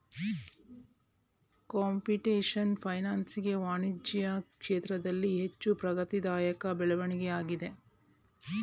computation financing ವಾಣಿಜ್ಯ ಕ್ಷೇತ್ರದಲ್ಲಿ ಹೆಚ್ಚು ಪ್ರಗತಿದಾಯಕ ಬೆಳವಣಿಗೆಯಾಗಿದೆ